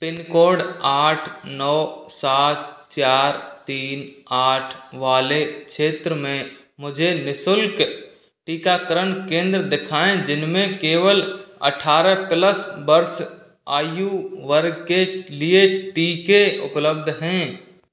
pin code आठ नौ सात चार तीन आठ वाले क्षेत्र में मुझे नि शुल्क टीकाकरण केंद्र दिखाएँ जिनमें केवल अठारह प्लस वर्ष आयु वर्ग के लिए टीके उपलब्ध हैं